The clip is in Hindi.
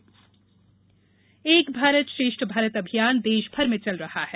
एक भारत श्रेष्ठ भारत एक भारत श्रेष्ठ भारत अभियान देश भर में चल रहा है